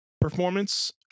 performance